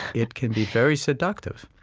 it can be very seductive.